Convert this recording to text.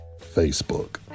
Facebook